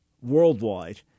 worldwide